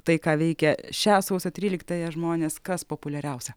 tai ką veikia šią sausio tryliktąją žmonės kas populiariausia